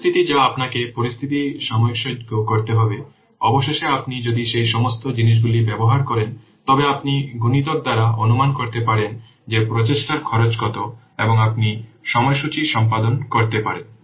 পরিস্থিতি যা আপনাকে পরিস্থিতি সামঞ্জস্য করতে হবে অবশেষে আপনি যদি সেই সমস্ত জিনিসগুলি ব্যবহার করেন তবে আপনি গুণিতক দ্বারা অনুমান করতে পারেন যে প্রচেষ্টার খরচ কত এবং আপনি সময়সূচী সম্পাদন করতে পারেন